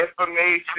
information